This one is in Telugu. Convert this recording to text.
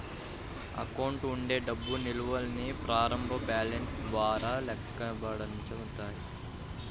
అకౌంట్ ఉండే డబ్బు నిల్వల్ని ప్రారంభ బ్యాలెన్స్ ద్వారా లెక్కించబడతాయి